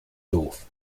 doof